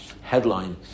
headline